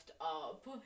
up